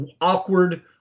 awkward